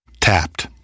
Tapped